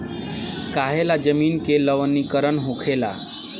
काहें ला जमीन के लवणीकरण होखेला